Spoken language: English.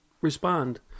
respond